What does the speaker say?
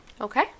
Okay